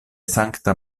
sankta